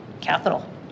capital